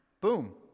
Boom